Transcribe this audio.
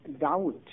doubt